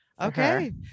Okay